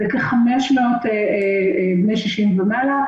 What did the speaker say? כ-500 בני 60 ומעלה.